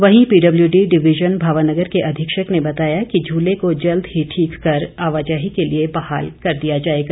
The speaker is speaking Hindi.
वहीं पीडब्ल्यूडी डिविजन भाबानगर के अधीक्षक ने बताया कि झूले को जल्द ही ठीक कर आवाजाही के लिए बहाल कर दिया जाएगा